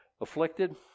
afflicted